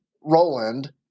Roland